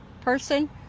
person